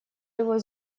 его